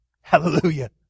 hallelujah